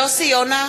יואל,